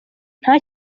nta